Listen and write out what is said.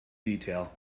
detail